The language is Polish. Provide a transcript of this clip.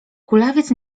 kulawiec